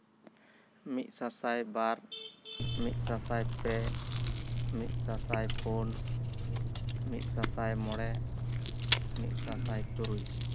ᱢᱤᱫ ᱥᱟᱥᱟᱭ ᱵᱟᱨ ᱢᱤᱫ ᱥᱟᱥᱟᱭ ᱯᱮ ᱢᱤᱫ ᱥᱟᱥᱟᱭ ᱯᱳᱱ ᱢᱤᱫ ᱥᱟᱥᱟᱭ ᱢᱚᱬᱮ ᱢᱤᱫ ᱥᱟᱥᱟᱭ ᱛᱩᱨᱩᱭ